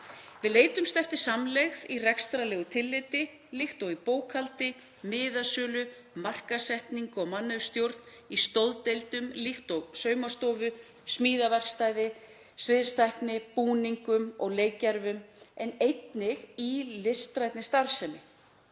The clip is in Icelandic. Við leitumst eftir samlegð í rekstrarlegu tilliti, líkt og í bókhaldi, miðasölu, markaðssetningu, og mannauðsstjórn, í stoðdeildum líkt og saumastofu, smíðaverkstæði, sviðstækni, búningum og leikgervum, en einnig í listrænni starfsemi.